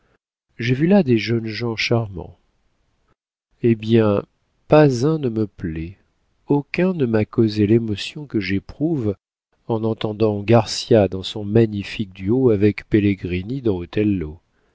j'ai vu là des jeunes gens charmants eh bien pas un ne me plaît aucun ne m'a causé l'émotion que j'éprouve en entendant garcia dans son magnifique duo avec pellegrini dans